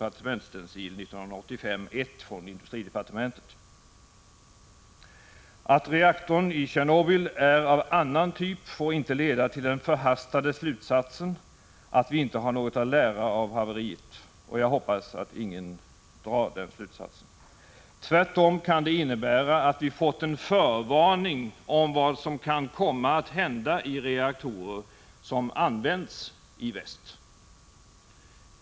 Att reaktorn i Tjernobyl är av annan typ får inte leda till den förhastade slutsatsen att vi inte har något att lära av haveriet. Jag hoppas att ingen drar den slutsatsen. Tvärtom det kan innebära att vi fått en förvarning om vad som kan komma att hända i reaktorer som används i väst.